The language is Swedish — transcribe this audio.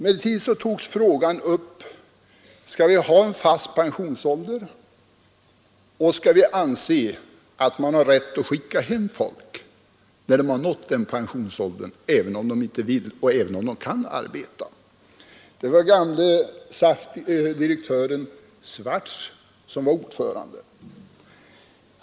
Men vi tog upp frågan om vi skall ha en fast pensionsålder och om vi skulle anse att man har rätt att skicka hem folk när de har nått pensionsåldern även om de inte då vill bli pensionerade och även om de kan arbeta. Det var den gamle direktören Schwartz som var ordförande.